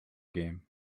game